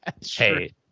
hey